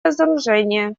разоружение